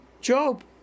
Job